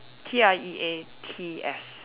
T R E A T S